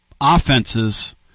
offenses